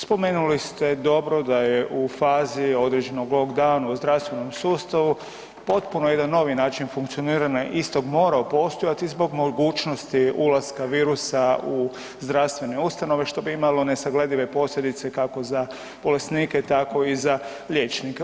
Spomenuli ste dobro da je u fazi određenog lockdowna u zdravstvenom sustavu potpuno jedan novi način funkcioniranja istog morao postojati zbog mogućnosti ulaska virusa u zdravstvene ustanove što bi imalo nesagledive posljedice kako za bolesnike tako i za liječnike.